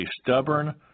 stubborn